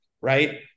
right